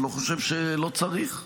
אני לא חושב שלא צריך.